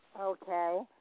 Okay